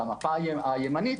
והמפה הימנית